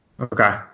Okay